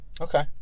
okay